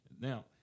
Now –